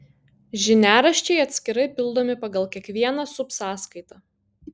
žiniaraščiai atskirai pildomi pagal kiekvieną subsąskaitą